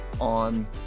on